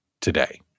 today